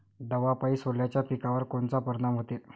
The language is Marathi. दवापायी सोल्याच्या पिकावर कोनचा परिनाम व्हते?